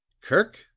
Kirk